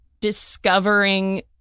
discovering